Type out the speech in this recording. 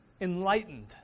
enlightened